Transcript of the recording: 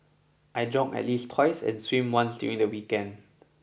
I jog at least twice and swim once during the weekend